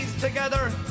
Together